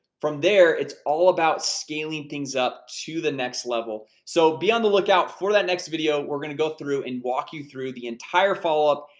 from there, it's all about scaling things up to the next level. so be on the lookout for that next video. we're gonna go through and walk you through the entire follow up,